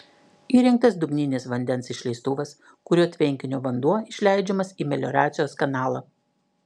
įrengtas dugninis vandens išleistuvas kuriuo tvenkinio vanduo išleidžiamas į melioracijos kanalą